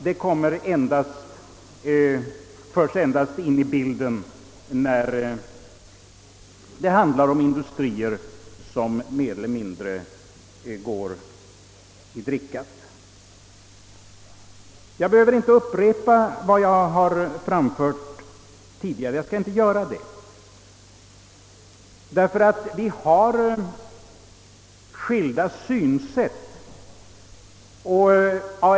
Nej, frågan om samhällsägande förs in i bilden endast när det handlar om industrier som mer eller mindre »går i drickat». Jag skall inte upprepa vad jag tidigare anfört, ty vi har så skilda synsätt.